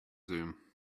zoom